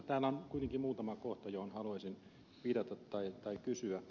täällä on kuitenkin muutama kohta joihin haluaisin viitata tai joista kysyä